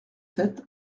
sept